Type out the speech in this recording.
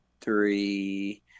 three